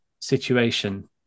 situation